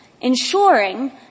ensuring